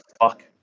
fuck